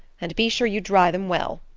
and be sure you dry them well.